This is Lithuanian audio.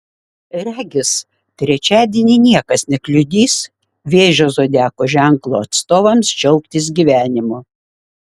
regis trečiadienį niekas nekliudys vėžio zodiako ženklo atstovams džiaugtis gyvenimu